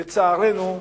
לצערנו,